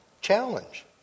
challenge